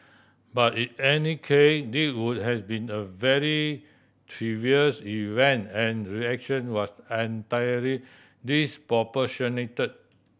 but in any K this would has been a very trivials event and reaction was entirely disproportionate